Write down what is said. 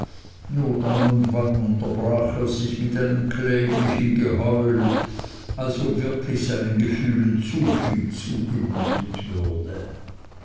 dann und wann unterbrach er sie mit einem kläglichen geheul als ob wirklich seinen gefühlen zu viel zugemutet würde